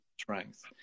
strength